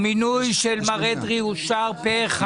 המינוי של מר אדרי אושר פה-אחד.